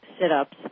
sit-ups